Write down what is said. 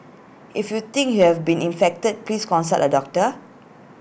if you think you have been infected please consult A doctor